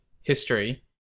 history